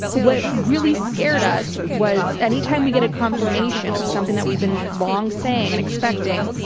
what really scared us was anytime we get a confirmation of something that we've been long saying and expecting,